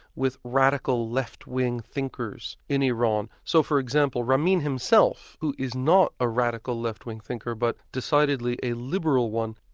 with radical left-wing thinkers in iran. so for example, ramin himself, who is not a radical left-wing thinker but decidedly a liberal one,